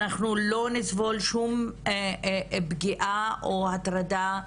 אנחנו לא נסבול שום פגיעה או הטרדה,